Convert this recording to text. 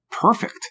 perfect